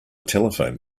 telephone